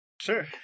sure